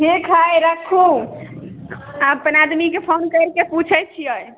ठीक हय रखू अपन आदमीके फोन करिके पुछैत छियै